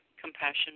Compassion